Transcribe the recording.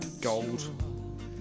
Gold